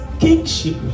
kingship